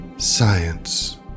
Science